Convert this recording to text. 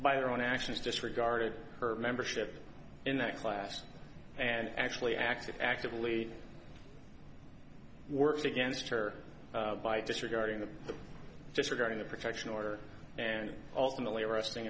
by her own actions disregarded her membership in that class and actually actually actively works against her by disregarding the disregarding the protection order and ultimately arresting